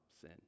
sin